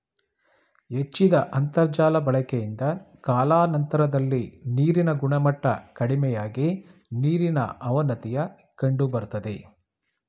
ಹೆಚ್ಚಿದ ಅಂತರ್ಜಾಲ ಬಳಕೆಯಿಂದ ಕಾಲಾನಂತರದಲ್ಲಿ ನೀರಿನ ಗುಣಮಟ್ಟ ಕಡಿಮೆಯಾಗಿ ನೀರಿನ ಅವನತಿಯ ಕಂಡುಬರ್ತದೆ